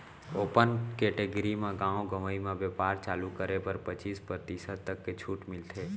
open category म गाँव गंवई म बेपार चालू करे बर पचीस परतिसत तक के छूट मिलथे